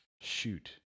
shoot